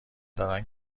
دارن